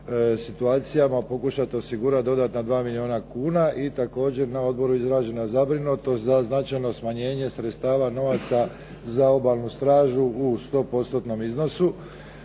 situacijama pokušati osigurati dodatna 2 milijuna kuna i također na odboru izražena zabrinutost za značajno smanjenje sredstava novaca za Obalnu stražu u sto